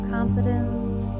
Confidence